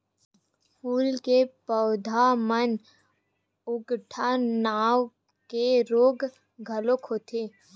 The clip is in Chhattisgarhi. फूल के पउधा म उकठा नांव के रोग घलो होथे